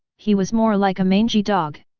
he was more like a mangy dog.